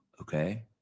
Okay